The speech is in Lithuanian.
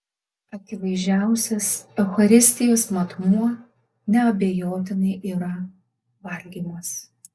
akivaizdžiausias eucharistijos matmuo neabejotinai yra valgymas